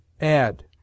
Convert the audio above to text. ADD